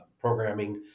programming